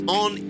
on